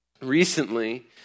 recently